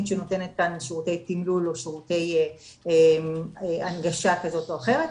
שנותנת לנו שירותי תמלול או שירותי הנגשה כזאת או אחרת,